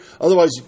Otherwise